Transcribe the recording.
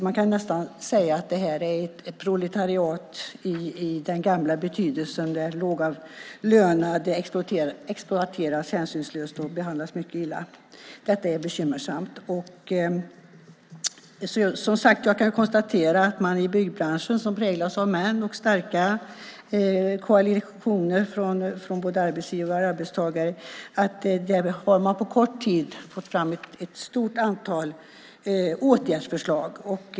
Man kan nästan tala om ett proletariat i den gamla betydelsen, alltså att lågavlönade exploateras hänsynslöst och behandlas mycket illa. Detta är bekymmersamt. Jag kan, som tidigare sagts, konstatera att man i byggbranschen - som präglas av män och starka koalitioner både från arbetsgivares och från arbetstagares sida - på kort tid har fått fram ett stort antal åtgärdsförslag.